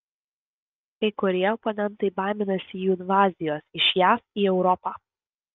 kai kurie oponentai baiminasi jų invazijos iš jav į europą